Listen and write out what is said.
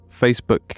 Facebook